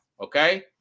okay